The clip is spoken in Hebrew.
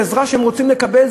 או העזרה שהם רוצים לקבל,